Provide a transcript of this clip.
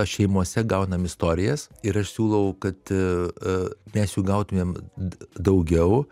šeimose gaunam istorijas ir aš siūlau kad mes jų gautumėm daugiau